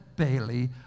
Bailey